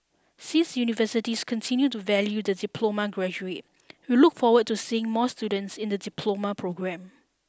since universities continue to value the diploma graduate we look forward to seeing more students in the diploma programme